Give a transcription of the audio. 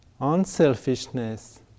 Unselfishness